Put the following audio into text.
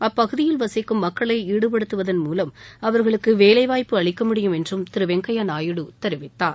அப்பகுதியில் வசிக்கும் மக்களை ஈடுபடுத்துவதன் மூலம் அவர்களுக்கு வேலை வாய்ப்பு அளிக்க முடியும் என்றும் திரு வெங்கப்யா நாயுடு தெரிவித்தார்